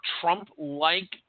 trump-like